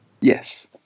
Yes